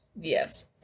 Yes